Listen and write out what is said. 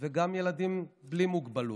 וגם ילדים בלי מוגבלות.